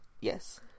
Yes